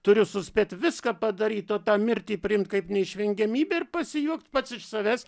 turiu suspėti viską padaryt o tą mirtį priimti kaip neišvengiamybę ir pasijuokt pats iš savęs